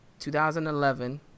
2011